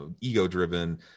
ego-driven